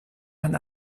man